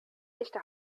echte